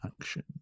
action